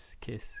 kiss